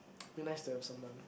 very nice to have someone